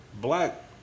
black